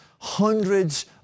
hundreds